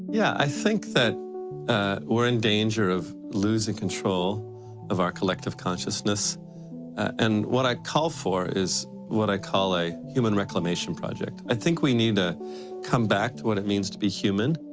yeah i think that we're in danger of losing control of our collective consciousness and what i call for is what i call a human reclamation project. i think we need to come back to what it means to be human,